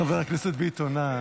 חבר הכנסת ביטון.